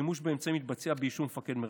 שימוש באמצעים מתבצע באישור מפקד מרחב.